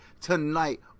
tonight